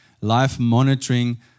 life-monitoring